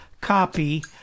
copy